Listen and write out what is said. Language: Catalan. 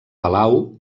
palau